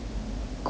COVID lor